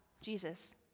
Jesus